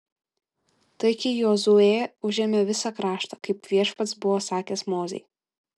taigi jozuė užėmė visą kraštą kaip viešpats buvo sakęs mozei